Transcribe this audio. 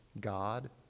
God